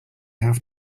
have